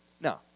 No